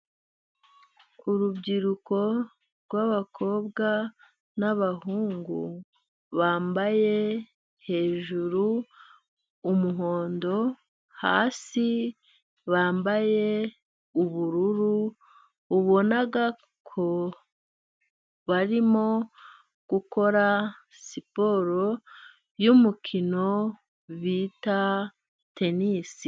Urubyiruko rw'abakobwa n'abahungu, bambaye hejuru umuhondo hasi bambaye ubururu, ubona ko barimo gukora siporo yumukino bita tenisi